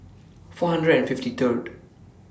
four hundred and fifty Third